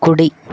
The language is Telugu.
కుడి